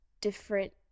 different